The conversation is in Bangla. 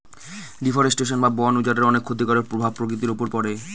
ডিফরেস্টেশন বা বন উজাড়ের অনেক ক্ষতিকারক প্রভাব প্রকৃতির উপর পড়ে